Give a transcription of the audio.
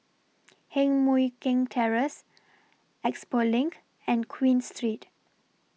Heng Mui Keng Terrace Expo LINK and Queen Street